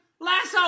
lasso